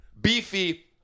beefy